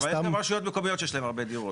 אבל יש גם רשויות מקומיות שיש להן הרבה דירות.